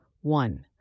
One